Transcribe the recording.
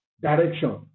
direction